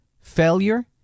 Failure